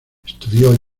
estudió